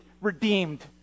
redeemed